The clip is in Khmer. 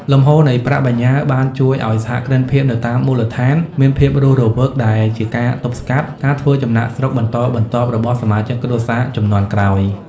លំហូរនៃប្រាក់បញ្ញើបានជួយឱ្យសហគ្រិនភាពនៅតាមមូលដ្ឋានមានភាពរស់រវើក ដែលជាការទប់ស្កាត់ការធ្វើចំណាកស្រុកបន្តបន្ទាប់របស់សមាជិកគ្រួសារជំនាន់ក្រោយ។